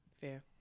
Fair